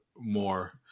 More